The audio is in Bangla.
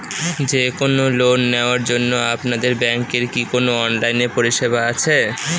যে কোন লোন নেওয়ার জন্য আপনাদের ব্যাঙ্কের কি কোন অনলাইনে পরিষেবা আছে?